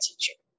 teacher